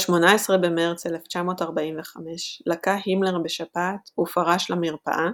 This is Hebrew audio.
ב-18 במרץ 1945 לקה הימלר בשפעת ופרש למרפאה,